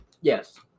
Yes